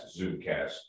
zoomcast